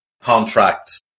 contract